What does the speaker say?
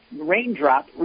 raindrop